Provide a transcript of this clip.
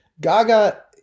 Gaga